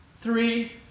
three